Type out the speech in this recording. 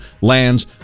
lands